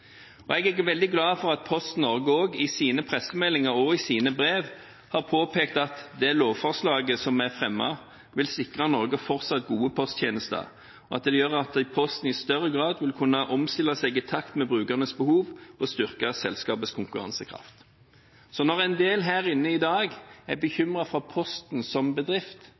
Jeg er glad for at Posten Norge i sine pressemeldinger og brev har påpekt at det lovforslaget som er fremmet, vil sikre Norge fortsatt gode posttjenester, og at det gjør at Posten i større grad vil kunne omstille seg i takt med brukernes behov og styrke selskapets konkurransekraft. Når noen her i dag er bekymret for Posten som bedrift,